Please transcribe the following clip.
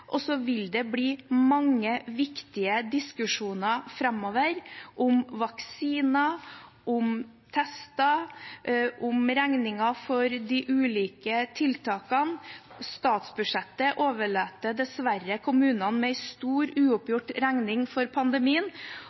Og så vil det bli mange viktige diskusjoner framover om vaksiner, om tester, om regningen for de ulike tiltakene. Statsbudsjettet overlater dessverre kommunene en stor uoppgjort regning for pandemien.